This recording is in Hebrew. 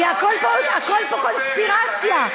הכול פה קונספירציה.